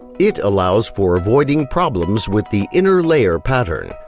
it allows for avoiding problems with the inner layer pattern,